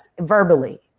verbally